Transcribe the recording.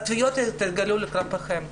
התביעות יתגלגלו לפתחכם.